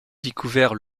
découvert